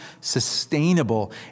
sustainable